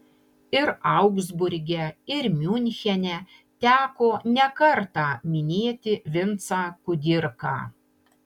ir augsburge ir miunchene teko nekartą minėti vincą kudirką